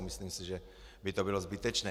Myslím si, že by to bylo zbytečné.